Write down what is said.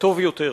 טוב יותר,